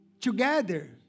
Together